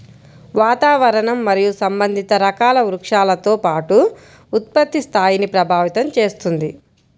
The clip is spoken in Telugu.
వాతావరణం మరియు సంబంధిత రకాల వృక్షాలతో పాటు ఉత్పత్తి స్థాయిని ప్రభావితం చేస్తుంది